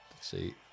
see